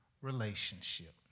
relationship